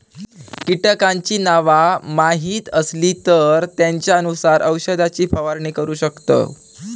कीटकांची नावा माहीत असली तर त्येंच्यानुसार औषधाची फवारणी करू शकतव